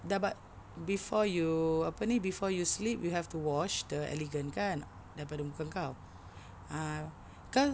dah but before you apa ni before you sleep you have to wash the elegant kan dari muka kau ah kan